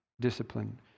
discipline